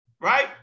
right